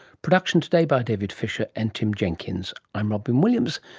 production today by david fisher and tim jenkins. i'm robyn williams.